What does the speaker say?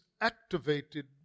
activated